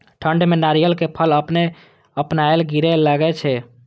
ठंड में नारियल के फल अपने अपनायल गिरे लगए छे?